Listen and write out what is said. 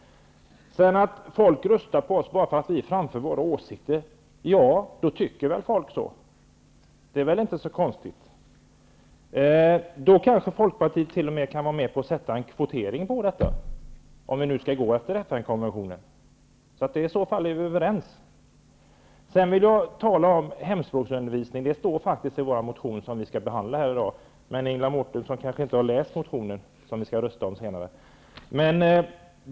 Att människor röstade på oss bara för att vi framförde våra åsikter betyder kanske att människor tycker som vi. Det är väl inte så konstigt. Folkpartiet kanske t.o.m. kan vara med på en kvotering, om vi skall gå efter FN konventionen. I så fall är vi överens. Sedan vill jag tala om hemspråksundervisningen. Den tas faktiskt upp i vår motion, som skall behandlas här i dag. Men Ingela Mårtensson kanske inte har läst motionen som vi skall rösta om senare.